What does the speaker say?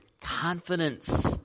confidence